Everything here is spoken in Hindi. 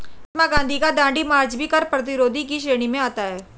महात्मा गांधी का दांडी मार्च भी कर प्रतिरोध की श्रेणी में आता है